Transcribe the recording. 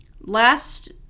last